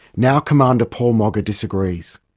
now commander paul moggach, disagrees.